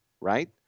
right